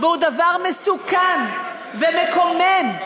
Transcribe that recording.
והוא דבר מסוכן ומקומם,